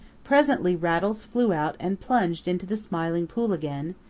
presently rattles flew out and plunged into the smiling pool again,